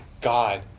God